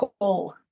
goal